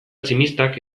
tximistak